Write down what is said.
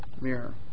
mirror